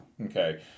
Okay